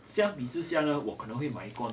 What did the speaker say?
相比之下呢我可能会买一罐